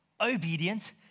obedient